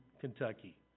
Kentucky